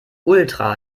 ultra